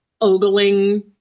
ogling